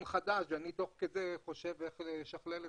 חדש ואני תוך כדי חשוב איך לשכלל אותו.